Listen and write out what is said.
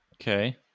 Okay